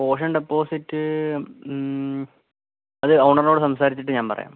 caution deposit അത് ഓണറിനോട് സംസാരിച്ചിട്ട് ഞാൻ പറയാം